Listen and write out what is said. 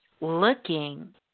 looking